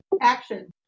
Action